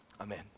Amen